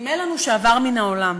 שנדמה לנו שעבר מן העולם,